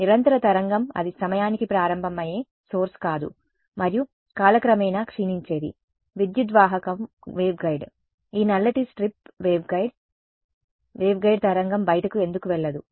నిరంతర తరంగం అది సమయానికి ప్రారంభమయ్యే సోర్స్ కాదు మరియు కాలక్రమేణా క్షీణించేది విద్యుద్వాహకము వేవ్గైడ్ ఈ నల్లటి స్ట్రిప్ వేవ్గైడ్ వేవ్గైడ్ తరంగం బయటకు ఎందుకు వెళ్లదు